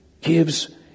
gives